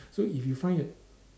so if you find that